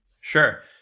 sure